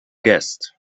guest